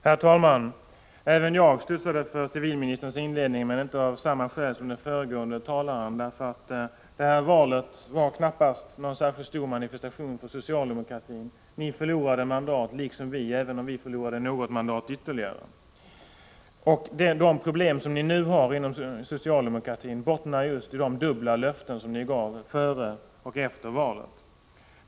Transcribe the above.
Herr talman! Även jag studsade för civilministerns inledning, men inte av samma skäl som den föregående talaren. Valet var knappast någon särskilt stor manifestation för socialdemokratin. Ni förlorade mandat, liksom vi, även om vi förlorade något mandat ytterligare. De problem som ni nu har inom socialdemokratin bottnar just i de dubbla löften ni gav före och efter valet.